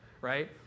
right